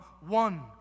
one